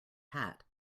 hat